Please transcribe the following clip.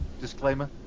Disclaimer